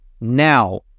Now